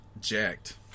jacked